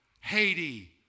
Haiti